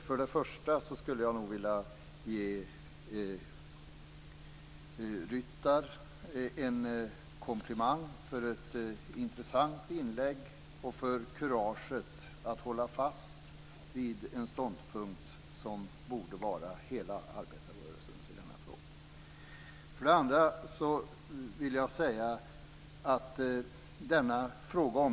Jag vill först ge Ryttar en komplimang för ett intressant inlägg och för kuraget att hålla fast vid en ståndpunkt som borde vara hela arbetarrörelsens i denna fråga.